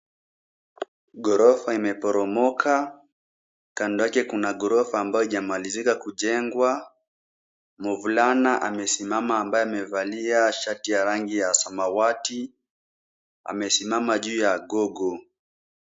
Ghorofa imeporomoka. Kando yake kuna ghorofa ambayo hijamalizika kujengwa. Mvulana amesimama ambaye amevalia shati ya rangi ya samawati. Amesimama juu ya gogo.